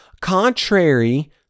contrary